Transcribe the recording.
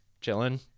chilling